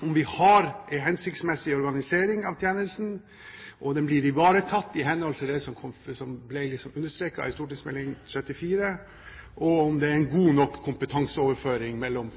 om vi har en hensiktsmessig organisering av tjenesten, om den blir ivaretatt i henhold til det som ble understreket i St.meld. nr. 34 for 2008–2009, og om det er en god nok kompetanseoverføring mellom